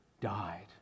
died